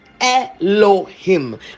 elohim